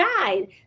guide